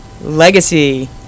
legacy